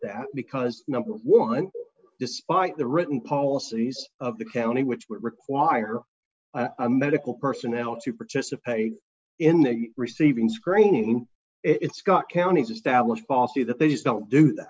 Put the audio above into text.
that because number one despite the written policies of the county which would require medical personnel to participate in the receiving screening it's got county's established policy that they just don't do that